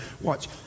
watch